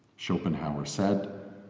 schopenhauer said,